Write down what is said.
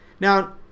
Now